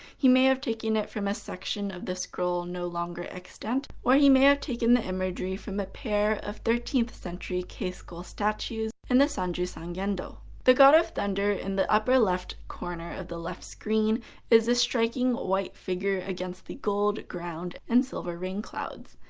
he may have taken it from a section of the scroll no longer extant, or he may have taken the imagery from a pair of thirteenth century kei schools statues in and the sanjusangendo. the god of thunder in the upper left corner of the left screen is a striking white figure against the gold ground and silver rain clouds.